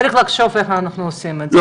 צריך לחשוב איך אנחנו עושים את זה.